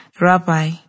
Rabbi